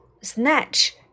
snatch